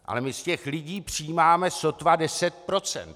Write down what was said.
Ale my z těch lidí přijímáme sotva 10 %.